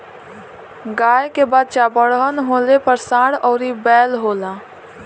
गाय के बच्चा बड़हन होले पर सांड अउरी बैल होला